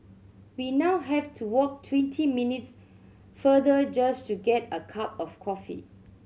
we now have to walk twenty minutes farther just to get a cup of coffee